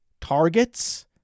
targets